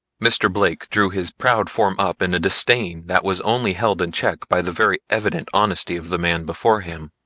mr. blake drew his proud form up in a disdain that was only held in check by the very evident honesty of the man before him.